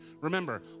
remember